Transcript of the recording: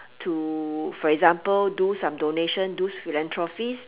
to for example do some donations those philanthropist